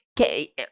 Okay